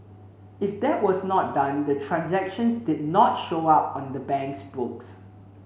if that was not done the transactions did not show up on the bank's books